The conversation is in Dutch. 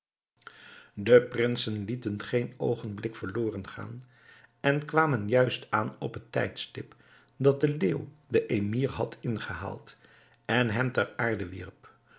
de prinsen lieten geen oogenblik verloren gaan en kwamen juist aan op het tijdstip dat de leeuw den emir had ingehaald en hem ter aarde wierp